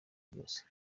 byose